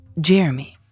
Jeremy